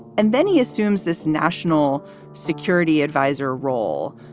and then he assumes this national security adviser role.